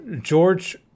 George